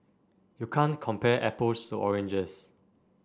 you can't compare apples to oranges